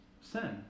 sin